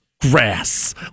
Grass